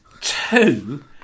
Two